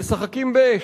משחקים באש,